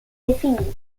definite